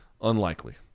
Unlikely